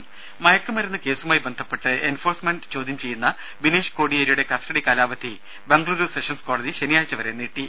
രും മയക്കുമരുന്ന് കേസുമായി ബന്ധപ്പെട്ട് എൻഫോഴ്സ്മെന്റ് ചോദ്യം ചെയ്യുന്ന ബിനീഷ് കൊടിയേരിയുടെ കസ്റ്റഡികാലാവധി ബംഗളൂരു സെഷൻസ് കോടതി ശനിയാഴ്ച വരെ നീട്ടി